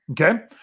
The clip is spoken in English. Okay